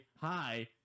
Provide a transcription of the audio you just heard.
hi